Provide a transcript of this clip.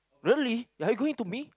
really are you going to be